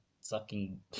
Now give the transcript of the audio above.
sucking